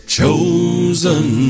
chosen